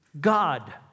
God